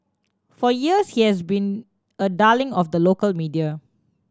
for years he has been a darling of the local media